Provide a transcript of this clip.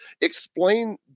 Explain